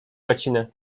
łacinę